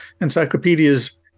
encyclopedias